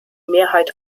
mehrheit